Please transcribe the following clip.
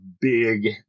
big